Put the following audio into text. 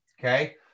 Okay